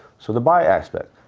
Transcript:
so, the buy aspect.